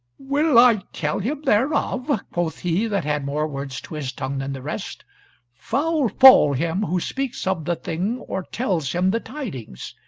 will i tell him thereof? quoth he that had more words to his tongue than the rest foul fall him who speaks of the thing or tells him the tidings.